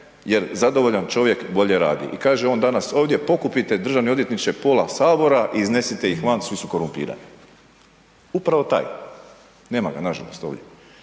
jer zadovoljan čovjek bolje radi. I kaže on danas ovdje, pokupite državni odvjetniče pola Sabora i iznesite ih van, svi su korumpirani, upravo taj, nema ga nažalost ovdje.